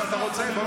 שאתם רוצים.